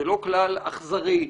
זה לא כלל אכזרי,